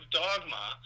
dogma